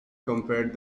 compared